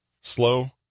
Slow